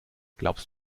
glaubst